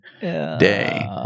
day